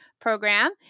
program